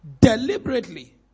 deliberately